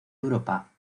europa